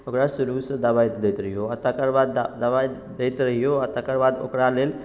ओकरा शुरूसँ दबाइ दैत रहियौ आ तकर बाद दबाइ दैत रहियौ आ तकर बाद ओकरा लेल